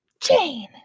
Jane